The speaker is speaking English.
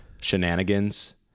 shenanigans